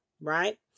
right